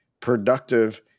productive